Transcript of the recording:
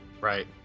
Right